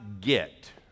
get